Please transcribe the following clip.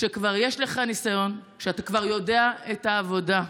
כשכבר יש לך ניסיון, כשאתה כבר יודע את העבודה,